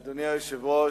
אדוני היושב-ראש,